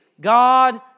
God